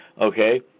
okay